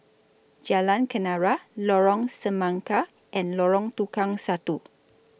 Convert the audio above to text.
Jalan Kenarah Lorong Semangka and Lorong Tukang Satu